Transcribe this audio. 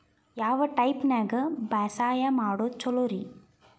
ಯಾವ ಟೈಪ್ ನ್ಯಾಗ ಬ್ಯಾಸಾಯಾ ಮಾಡೊದ್ ಛಲೋರಿ?